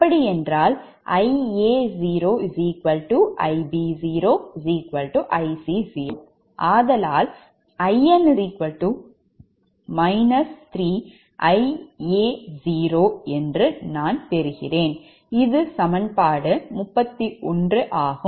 அப்படி என்றால் Ia0Ib0Ic0 ஆதலால் In 3Ia0 நாம் பெறுவது சமன்பாடு 31 ஆகும்